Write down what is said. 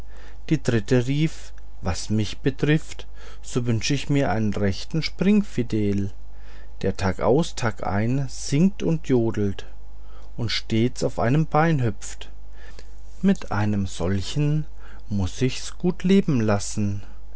die dritte rief was mich betrifft so wünsche ich mir einen rechten springinsfeld der tagaus tagein singt und jodelt und stets auf einem beine hüpft mit einem solchen muß sich's gut leben lassen